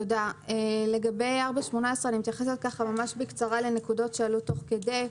לגבי 4.18 אני אתייחס בקצרה לנקודות שעלו תוך כדי.